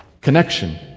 Connection